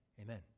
Amen